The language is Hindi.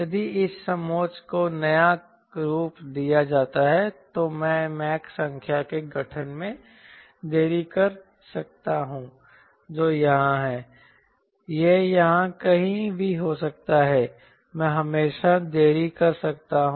यदि इस समोच्च को नया रूप दिया जाता है तो मैं मैक संख्या के गठन में देरी कर सकता हूं जो यहां है यह यहां कहीं भी हो सकता है मैं हमेशा देरी कर सकता हूं